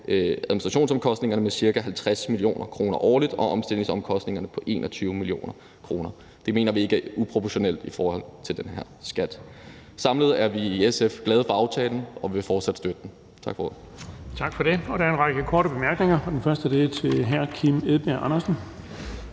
administrationsomkostningerne med ca. 50 mio. kr. årligt, og omstillingsomkostningerne er på 21 mio. kr. Det mener vi ikke er uproportionalt i forhold til den her skat. Samlet set er vi i SF glade for aftalen, og vi vil fortsat støtte den. Tak for ordet.